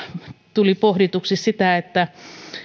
tuli pohdituksi sitä että